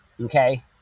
okay